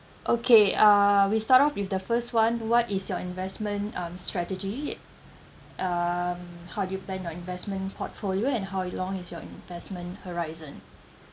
okay uh we start off with the first one what is your investment um strategy um how do you plan your investment portfolio and how long is your investment horizon